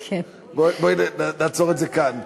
בואי נעצור את זה כאן.